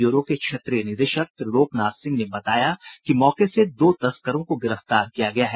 bureau के क्षेत्रीय निदेशक त्रिलोक नाथ सिंह ने बताया कि मौके से दो तस्करों को गिरफ्तार किया गया है